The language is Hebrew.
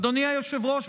אדוני היושב-ראש,